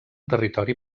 territori